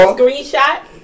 screenshot